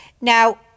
Now